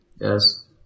Yes